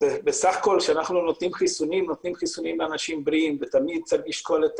בסך הכול אנחנו נותנים חיסונים לאנשים בריאים ותמיד צריך לשקול את